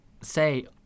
say